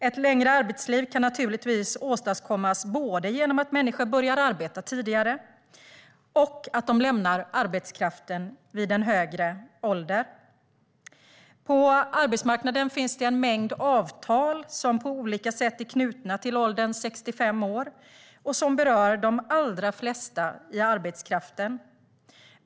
Ett längre arbetsliv kan naturligtvis åstadkommas både genom att människor börjar arbeta tidigare och genom att de lämnar arbetskraften vid en högre ålder. På arbetsmarknaden finns en mängd avtal som på olika sätt är knutna till åldern 65 år och som berör de allra flesta i arbetskraften.